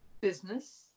Business